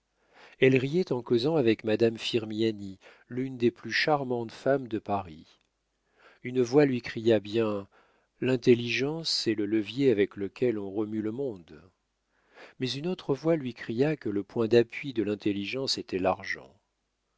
elle riait en causant avec madame firmiani l'une des plus charmantes femmes de paris une voix lui cria bien l'intelligence est le levier avec lequel on remue le monde mais une autre voix lui cria que le point d'appui de l'intelligence était l'argent